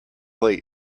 late